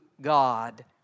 God